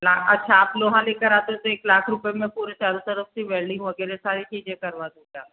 ला अच्छा आप लोहा ले कर आते हो तो एक लाख रुपये में पूरे चारों तरफ़ से वेल्डिंग वग़ैरह सारी चीज़े करवा दोगे आप